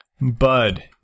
Bud